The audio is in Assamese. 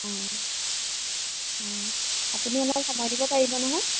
অ অ আপুনি অলপ সময় দিব পাৰিব নহয়